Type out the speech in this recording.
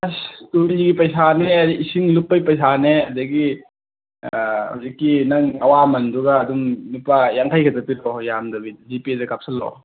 ꯑꯁ ꯇꯨꯔꯤꯒꯤ ꯄꯩꯁꯥꯅꯦ ꯏꯁꯤꯡ ꯂꯨꯞꯄꯒꯤ ꯄꯩꯁꯥꯅꯦ ꯑꯗꯒꯤ ꯍꯧꯖꯤꯛꯀꯤ ꯅꯪ ꯑꯋꯥꯃꯟꯗꯨꯒ ꯑꯗꯨꯝ ꯂꯨꯄꯥ ꯌꯥꯡꯈꯩ ꯈꯛꯇ ꯄꯤꯔꯛꯑꯣ ꯌꯥꯝꯗꯕꯤ ꯖꯤꯄꯦꯗ ꯀꯥꯞꯁꯤꯜꯂꯛꯑꯣ